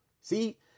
See